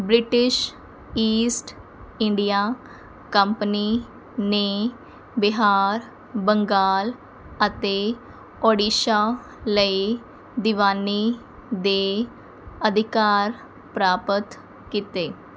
British east India company ਨੇ ਬਿਹਾਰ ਬੰਗਾਲ ਅਤੇ ਓਡੀਸ਼ਾ ਲਈ ਦੀਵਾਨੀ ਦੇ ਅਧਿਕਾਰ ਪ੍ਰਾਪਤ ਕੀਤੇ